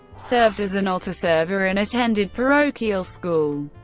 served as an altar server, and attended parochial school.